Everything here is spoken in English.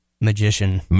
magician